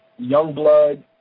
Youngblood